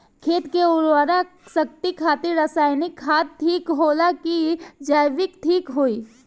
खेत के उरवरा शक्ति खातिर रसायानिक खाद ठीक होला कि जैविक़ ठीक होई?